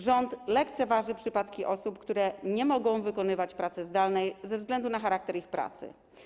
Rząd lekceważy przypadki osób, które nie mogą wykonywać pracy zdalnej ze względu na charakter ich pracy.